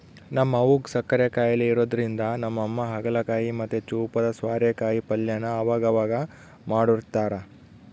ನಮ್ ಅವ್ವುಗ್ ಸಕ್ಕರೆ ಖಾಯಿಲೆ ಇರೋದ್ರಿಂದ ನಮ್ಮಮ್ಮ ಹಾಗಲಕಾಯಿ ಮತ್ತೆ ಚೂಪಾದ ಸ್ವಾರೆಕಾಯಿ ಪಲ್ಯನ ಅವಗವಾಗ ಮಾಡ್ಕೊಡ್ತಿರ್ತಾರ